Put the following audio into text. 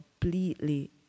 completely